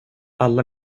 alla